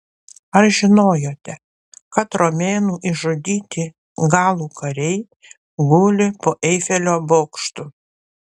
ar žinojote kad romėnų išžudyti galų kariai guli po eifelio bokštu